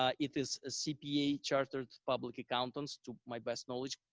ah it is a cpa, chartered public accountants to my best knowledge,